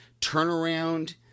turnaround